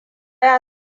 ya